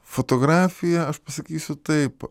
fotografija aš pasakysiu taip